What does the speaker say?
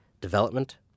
development